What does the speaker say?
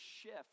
shift